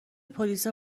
پلیسا